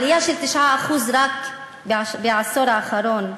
עלייה של 9% רק בעשור האחרון.